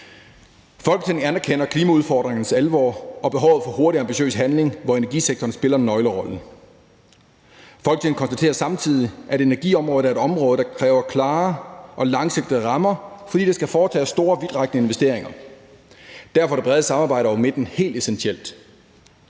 »Folketinget anerkender klimaudfordringernes alvor og behovet for hurtig og ambitiøs handling, hvor energisektoren spiller en nøglerolle. Folketinget konstaterer samtidig, at energiområdet er et område, der kræver klare og langsigtede rammer, fordi der skal foretages store og vidtrækkende investeringer. Derfor er det brede samarbejde over midten helt essentielt.